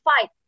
fight